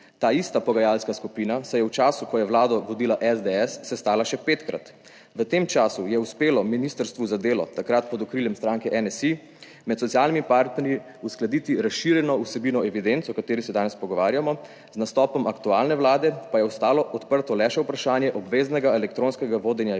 Ta ista pogajalska skupina se je v času, ko je vlado vodila SDS, sestala še petkrat. V tem času je uspelo Ministrstvu za delo, takrat pod okriljem stranke NSi, med socialnimi partnerji uskladiti razširjeno vsebino evidenc, o kateri se danes pogovarjamo. Z nastopom aktualne vlade pa je ostalo odprto le še vprašanje obveznega elektronskega vodenja evidenc,